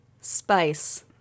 spice